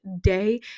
day